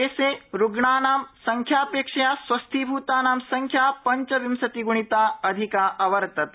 देशे रुग्णानां संख्यापेक्ष्या स्वस्थीभूतानां संख्या पंचविंशतिग्णिता अधिका अवर्तत